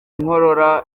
inkorora